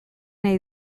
nahi